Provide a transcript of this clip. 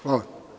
Hvala.